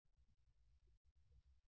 విద్యార్థి ఏదైనా D